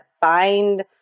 find